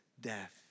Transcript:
death